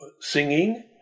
singing